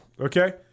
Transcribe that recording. Okay